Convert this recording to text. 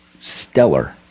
stellar